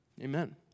Amen